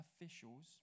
officials